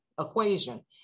equation